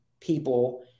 people